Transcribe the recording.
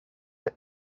واسه